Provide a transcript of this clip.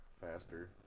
faster